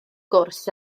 gwrs